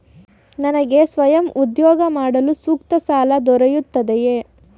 ನನಗೆ ಸ್ವಯಂ ಉದ್ಯೋಗ ಮಾಡಲು ಸೂಕ್ತ ಸಾಲ ದೊರೆಯುತ್ತದೆಯೇ?